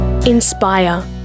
Inspire